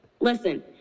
Listen